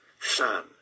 Son